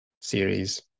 series